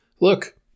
look